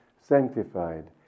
sanctified